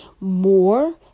more